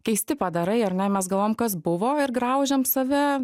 keisti padarai ar ne mes galvojam kas buvo ir graužiam save